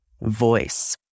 voice